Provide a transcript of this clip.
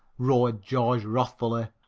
roared george wrathfully,